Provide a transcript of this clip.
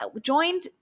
joined